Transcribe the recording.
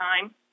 time